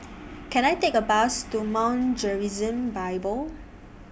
Can I Take A Bus to Mount Gerizim Bible